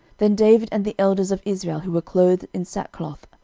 then david and the elders of israel, who were clothed in sackcloth,